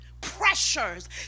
pressures